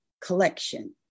collection